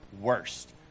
worst